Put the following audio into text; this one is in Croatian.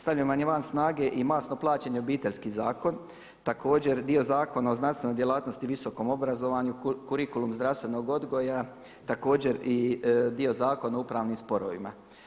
Stavljen vam je van snage i masno plaćeni Obiteljski zakon, također dio Zakona o znanstvenoj djelatnosti, visokom obrazovanju, kurikulum zdravstvenog odgoja također i dio Zakona o upravnim sporovima.